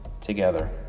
together